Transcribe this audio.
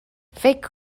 فکر